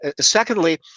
Secondly